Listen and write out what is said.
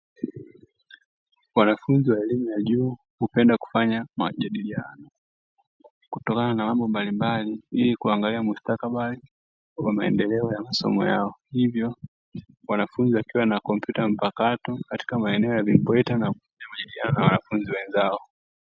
Wanafunzi wa elimu ya juu hupenda kufanya majadiliano kutokana na mambo mbalimbali ili kuangalia mustakabali wa maendeleo ya masomo yao, hivyo wanafunzi wakiwa na kompyuta mpakato katika maeneo ya vimbweta na kujadiliana na wanafunzi wenzao.